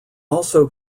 also